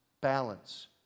balance